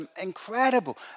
incredible